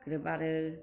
ग्रोब आरो